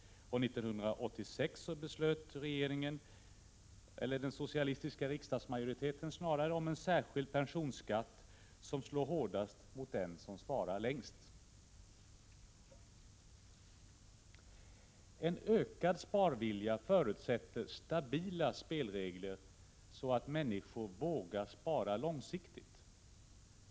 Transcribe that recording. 1986 beslutade regeringen — eller snarare den socialistiska riksdagsmajoriteten — om en särskild pensionsskatt, som slår hårdast mot dem som sparat längst. En ökad sparvilja förutsätter stabila spelregler, så att människor vågar spara långsiktigt.